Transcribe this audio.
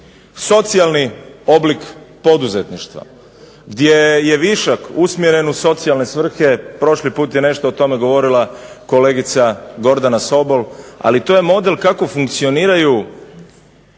socijalni oblik poduzetništva gdje je višak usmjeren u socijalne svrhe. Prošli put je nešto o tome govorila kolegica Gordana Sobol. Ali to je model kako funkcioniraju